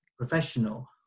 professional